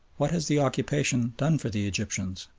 what has the occupation done for the egyptians?